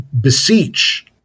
beseech